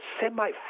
semi